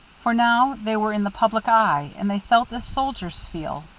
for now they were in the public eye, and they felt as soldiers feel,